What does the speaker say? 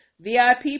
VIP